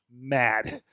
mad